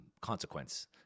consequence